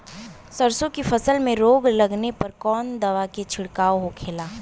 सरसों की फसल में रोग लगने पर कौन दवा के छिड़काव होखेला?